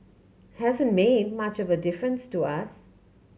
hasn't made much of a difference to us